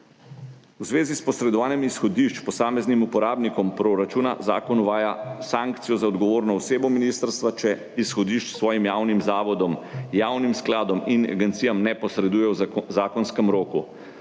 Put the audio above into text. V zvezi s posredovanjem izhodišč posameznim uporabnikom proračuna zakon uvaja sankcijo za odgovorno osebo ministrstva, če izhodišč svojim javnim zavodom, javnim skladom in agencijam ne posreduje v zakonskem roku.